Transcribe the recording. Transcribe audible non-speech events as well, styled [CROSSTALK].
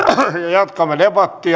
jatkamme debattia [UNINTELLIGIBLE]